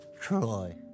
Troy